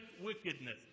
wickedness